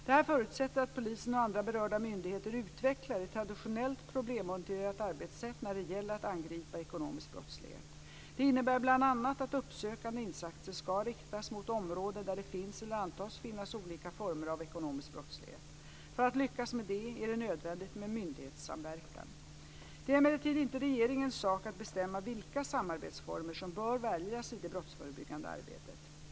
Detta förutsätter att polisen och andra berörda myndigheter utvecklar ett traditionellt problemorienterat arbetssätt när det gäller att angripa ekonomisk brottslighet. Det innebär bl.a. att uppsökande insatser ska riktas mot områden där det finns eller antas finnas olika former av ekonomisk brottslighet. För att lyckas med det är det nödvändigt med myndighetssamverkan. Det är emellertid inte regeringens sak att bestämma vilka samarbetsformer som bör väljas i det brottsförebyggande arbetet.